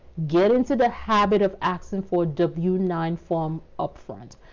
get into the habit of asking for w nine form upfront.